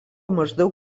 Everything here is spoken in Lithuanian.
maždaug